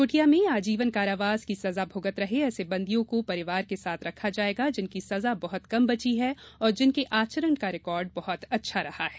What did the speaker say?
कुटिया में आजीवन कारावास की सजा भुगत रहे ऐसे बन्दियों को परिवार के साथ रखा जाएगा जिनकी सजा बहुत कम बची है और जिनके आचरण का रिकार्ड बहुत अच्छा रहा है